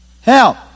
Help